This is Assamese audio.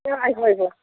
অঁ আহিব আহিব